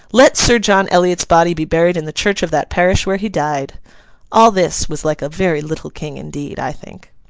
let sir john eliot's body be buried in the church of that parish where he died all this was like a very little king indeed, i think.